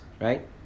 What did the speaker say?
Right